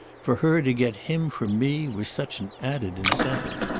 for her to get him from me was such an added incentive.